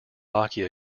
hockey